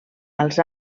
als